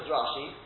Rashi